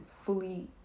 fully